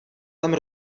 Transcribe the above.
tam